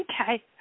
Okay